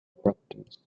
properties